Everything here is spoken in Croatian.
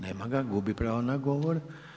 Nema ga, gubi pravo na govor.